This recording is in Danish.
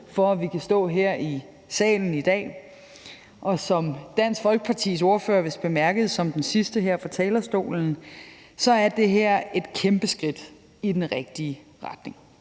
for, at vi kan stå her i salen i dag. Som Dansk Folkepartis ordfører vist bemærkede som den sidste her fra talerstolen, er det her et kæmpe skridt i den rigtige retning.